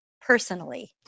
personally